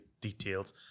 details